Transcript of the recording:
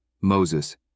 Moses